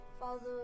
Follow